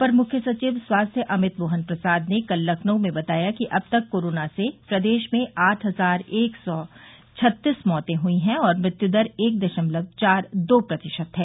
अपर मुख्य सचिव स्वास्थ्य अमित मोहन प्रसाद ने कल लखनऊ में बताया कि अब तक कोरोना से प्रदेश में आठ हजार एक सौ छतीस मौते हुई है और मृत्युदर एक दशमलव चार दो प्रतिशत है